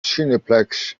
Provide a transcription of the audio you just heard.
cineplex